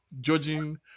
judging